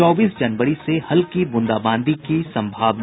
चौबीस जनवरी से हल्की ब्रंदाबांदी की सम्भावना